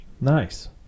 Nice